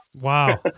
Wow